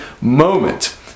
moment